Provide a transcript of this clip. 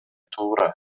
туура